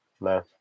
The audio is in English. No